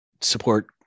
support